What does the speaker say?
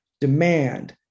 demand